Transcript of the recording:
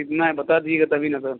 कितना है बता दीजिएगा तभी ना सर